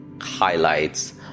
highlights